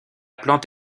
plante